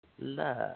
Love